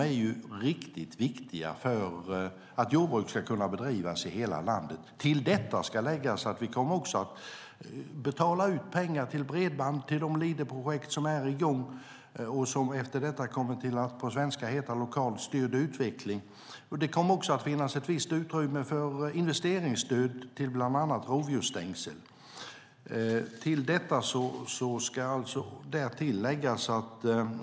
De är ju riktigt viktiga för att jordbruk ska kunna bedrivas i hela landet. Till detta ska läggas att vi också kommer att betala ut pengar till bredband till de leaderprojekt som är i gång och som efter detta på svenska kommer att heta lokalt styrd utveckling. Det kommer också att finnas ett visst utrymme för investeringsstöd till bland annat rovdjursstängsel.